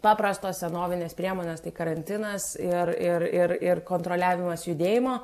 paprastos senovinės priemonės tai karantinas ir ir ir ir kontroliavimas judėjimo